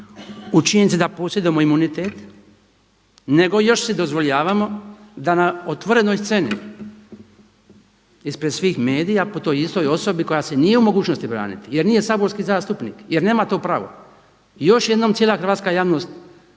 u činjenici da posjedujemo imunitet nego još si dozvoljavamo da na otvorenoj sceni ispred svih medija po toj istoj osobi koja se nije u mogućnosti braniti jer nije saborski zastupnik jer nema to pravo. I još jednom cijela hrvatska javnost